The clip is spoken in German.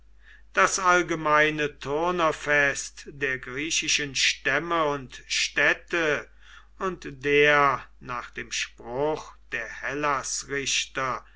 das allgemeine turnerfest der griechischen stämme und städte und der nach dem spruch der hellasrichter